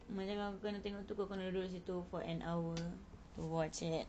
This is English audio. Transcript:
macam kau kena tengok tu kau kena duduk situ for an hour to watch it